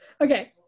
Okay